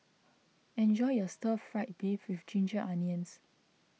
enjoy your Stir Fried Beef with Ginger Onions